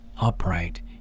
upright